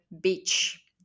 beach